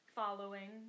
following